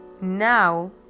Now